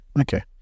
okay